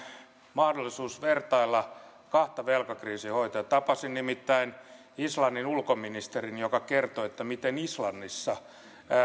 mahdollisuus vertailla kahta velkakriisin hoitajaa tapasin nimittäin islannin ulkoministerin joka kertoi miten islannissa